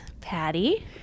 Patty